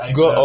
go